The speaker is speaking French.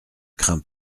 crains